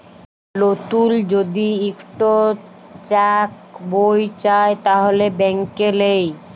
লতুল যদি ইকট চ্যাক বই চায় তাহলে ব্যাংকে লেই